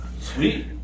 Sweet